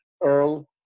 earl